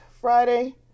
Friday